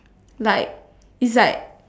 like is like